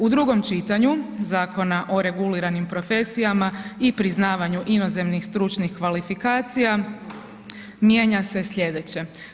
U drugom čitanju Zakona o reguliranim profesijama i priznavanju inozemnih stručnih kvalifikacija mijenja se slijedeće.